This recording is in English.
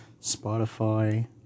Spotify